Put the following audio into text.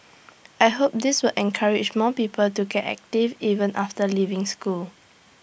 I hope this will encourage more people to get active even after leaving school